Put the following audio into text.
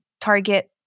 target